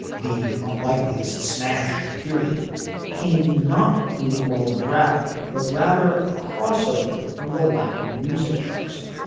the unlikeliest smash period came not from the world of rap, but rather a crossover from the latin music charts.